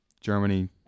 Germany